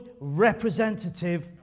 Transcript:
representative